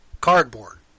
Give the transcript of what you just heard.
Cardboard